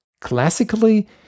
classically